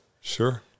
Sure